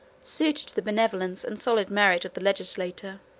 suited to the benevolence and solid merit of the legislature.